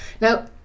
Now